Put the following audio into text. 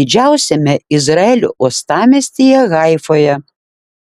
didžiausiame izraelio uostamiestyje haifoje